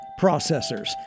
Processors